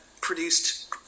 produced